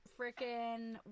freaking